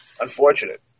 unfortunate